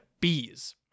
Bees